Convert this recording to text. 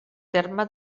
terme